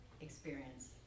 experience